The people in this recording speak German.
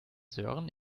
sören